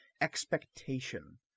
expectation